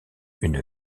une